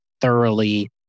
thoroughly